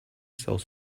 sells